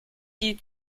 die